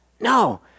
No